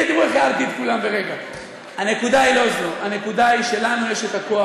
הנה, תראו איך הערתי את כולם ברגע.